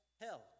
hell